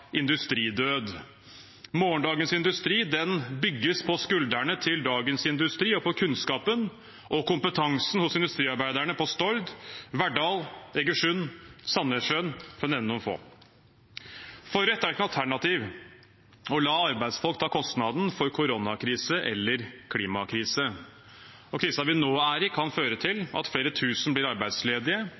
industridød. Morgendagens industri bygges på skuldrene til dagens industri og på kunnskapen og kompetansen hos industriarbeiderne på Stord, i Verdal, i Egersund, i Sandnessjøen, for å nevne noen få. For Rødt er det ikke noe alternativ å la arbeidsfolk ta kostnaden for koronakrisen eller klimakrisen. Krisen vi nå er i, kan føre til at flere tusen blir arbeidsledige,